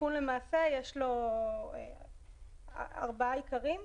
לתיקון למעשה יש ארבעה עיקרים: